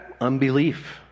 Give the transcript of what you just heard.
unbelief